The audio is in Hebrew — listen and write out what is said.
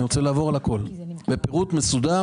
אני רוצה לעבור על הכול בפירוט מסודר,